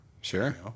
Sure